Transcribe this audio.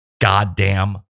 goddamn